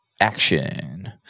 Action